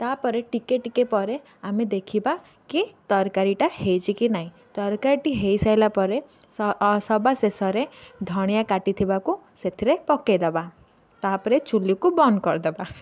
ତାପରେ ଟିକିଏ ଟିକିଏ ପରେ ଆମେ ଦେଖିବା କି ତରକାରୀଟା ହୋଇଛି କି ନାହିଁ ତରକାରୀଟି ହୋଇସାଇଲା ପରେ ସଭା ଶେଷରେ ଧନିଆ କାଟିଥିବାକୁ ସେଥିରେ ପକେଇଦେବା ତାପରେ ଚୁଲିକୁ ବନ୍ଦ କରିଦେବା